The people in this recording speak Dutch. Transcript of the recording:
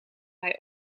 hij